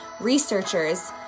researchers